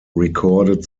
recorded